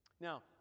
Now